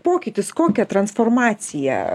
pokytis kokią transformaciją